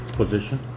position